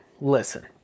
listen